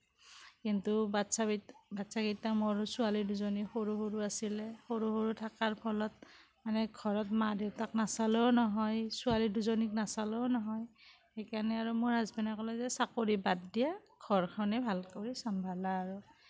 কিন্তু বাচ্ছা বাচ্ছা কেইটা মোৰ ছোৱালী দুজনী সৰু সৰু আছিলে সৰু সৰু থকাৰ ফলত মানে ঘৰত মা দেউতাক নাচালেও নহয় ছোৱালী দুজনীক নাচালেও নহয় সেইকাৰণে আৰু মোৰ হাজবেণ্ডে ক'লে যে চাকৰি বাদ দিয়া ঘৰখনেই ভালকৈ চম্ভালা আৰু